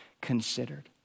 considered